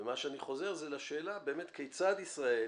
מה שאני חוזר זה על השאלה, באמת כיצד ישראל